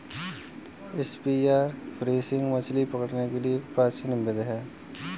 spear fishing मछली पकड़ने की एक प्राचीन विधि है